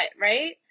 Right